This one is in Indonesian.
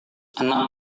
anak